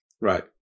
Right